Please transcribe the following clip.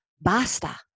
Basta